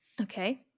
Okay